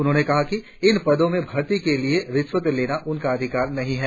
उन्होंने कहा कि इन पदों में भर्ती के लिए रिस्वत लेना उनका अधिकार नहीं है